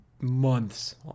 months